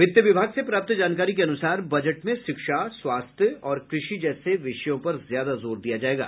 वित्त विभाग से प्राप्त जानकारी के अनुसार बजट में शिक्षा स्वास्थ्य और कृषि जैसे विषयों पर ज्यादा जोर दिया जायेगा